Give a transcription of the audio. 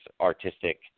artistic